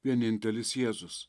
vienintelis jėzus